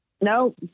No